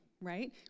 right